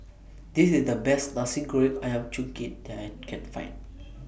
This IS The Best Nasi Goreng Ayam Kunyit that I Can Find